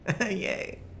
yay